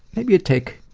maybe you take,